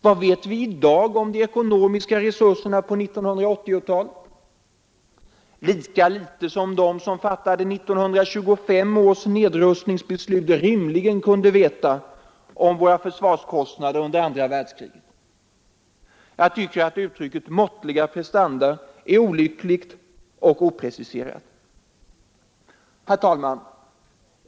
Vad vet vi i dag om de ekonomiska resurserna på 1980-talet? Lika litet som de som fattade 1925 års nedrustningsbeslut rimligen kunde veta om våra försvarskostnader under andra världskriget. Jag tycker att uttrycket ”måttliga prestanda” är olyckligt och opreciserat. Herr talman!